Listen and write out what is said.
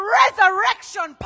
resurrection